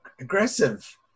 aggressive